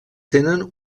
tenen